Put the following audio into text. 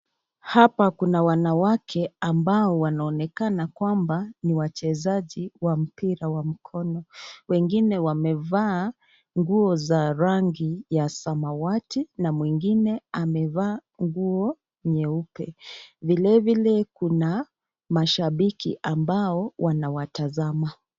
Hapa kuna wanawake ambao wanaonekana kwamba ni wachezaji wa mpira wa mkono. Wengine wamevaa nguo za rangi ya samawati na mwingine amevaa nguo nyeupe. Vilevile kuna mashambiki ambao wanawatazama.